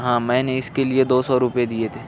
ہاں میں نے اس کے لئے دو سو روپے دیئے تھے